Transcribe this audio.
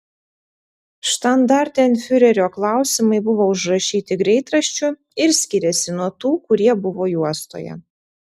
štandartenfiurerio klausimai buvo užrašyti greitraščiu ir skyrėsi nuo tų kurie buvo juostoje